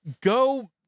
go